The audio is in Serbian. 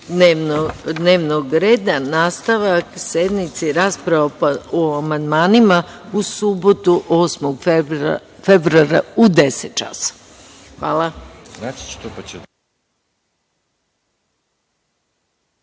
dnevnog reda. Nastavak sednice i rasprava o amandmanima u subotu 8. februara u 10.00